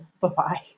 Bye-bye